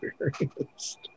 experienced